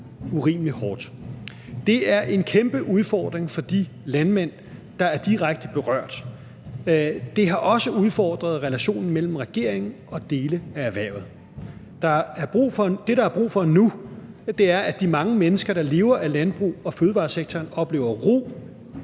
Det er en kæmpe udfordring for de landmænd, der er direkte berørt. Det har også udfordret relationen mellem regeringen og dele af erhvervet. Det, der er brug for nu, er, at de mange mennesker, der lever af landbrugs- og fødevaresektoren, oplever ro